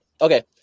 okay